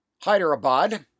Hyderabad